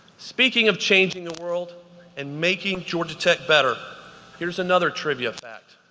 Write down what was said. speaking of changing the world and making georgia tech better here's another trivia fact.